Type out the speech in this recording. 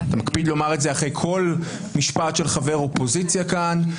אתה מקפיד לומר את זה אחרי כל משפט של חבר אופוזיציה כאן.